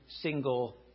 single